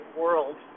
world